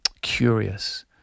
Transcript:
curious